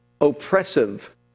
oppressive